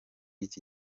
iki